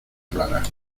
clara